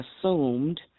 assumed